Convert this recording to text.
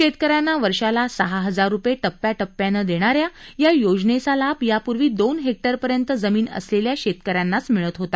शेतकऱ्यांना वर्षाला सहा हजार रुपये टप्प्याटप्प्यानं देणाऱ्या या योजनेचा लाभ यापूर्वी दोन हेक्टरपर्यंत जमीन असलेल्या शेतकऱ्यांनाच मिळत होता